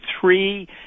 three